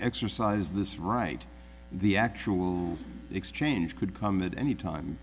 exercise this right the actual exchange could come at any time